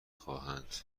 خواهند